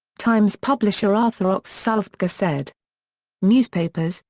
times publisher arthur ochs sulzberger said newspapers,